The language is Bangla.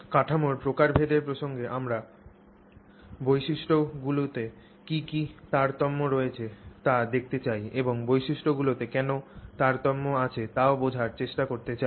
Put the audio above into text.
কাঠামোর প্রকারভেদের প্রসঙ্গে আমরা বৈশিষ্ট্যগুলিতে কী কী তারতম্য রয়েছে তা দেখতে চাই এবং বৈশিষ্ট্যগুলিতে কেন তারতম্য আছে তাও বোঝার চেষ্টা করতে চাই